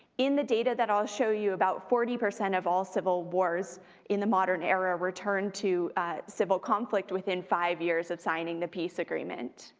in the data that i'll show you, about forty percent of all civil wars in the modern era return to civil conflict within five years of signing the peace agreement.